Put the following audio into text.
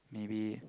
maybe